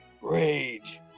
Rage